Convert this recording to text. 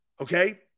okay